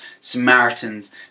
Samaritans